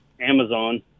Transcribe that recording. Amazon